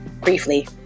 briefly